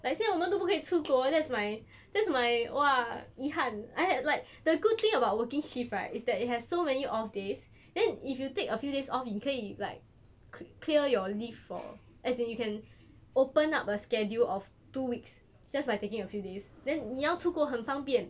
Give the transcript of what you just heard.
like 现在我们都不可以出国 that's my that's my !wah! 遗憾 I had like the good thing about working shift right is that it has so many off days then if you take a few days off 你可以 like clear your leave for as in you can open up a schedule of two weeks just by taking a few days then 你要出国很方便